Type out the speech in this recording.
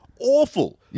Awful